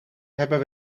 hebben